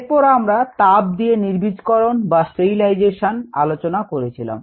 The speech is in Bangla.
এরপর আমরা তাপ দিয়ে নির্বীজকর বা স্টেরিলাইজেশন আলোচনা করেছিলাম